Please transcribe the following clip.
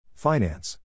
Finance